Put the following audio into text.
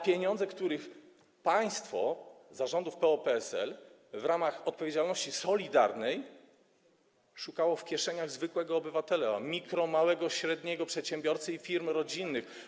pieniądze, których państwo za rządów PO-PSL w ramach solidarnej odpowiedzialności szukało w kieszeniach zwykłego obywatela, mikro-, małego, średniego przedsiębiorcy i firm rodzinnych.